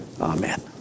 Amen